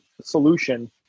solution